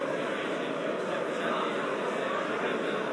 אישי ראש הממשלה בנימין